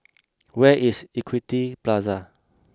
where is Equity Plaza